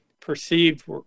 perceived